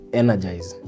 energize